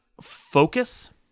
focus